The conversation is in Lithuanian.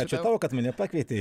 ačiū tau kad mane pakvietei